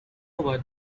about